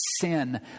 sin